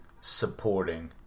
supporting